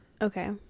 Okay